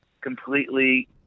completely